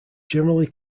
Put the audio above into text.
generally